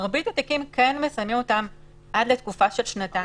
מרבית התיקים כן מסיימים אותם עד תקופה של שנתיים.